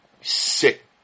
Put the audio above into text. Sick